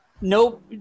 Nope